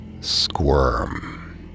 Squirm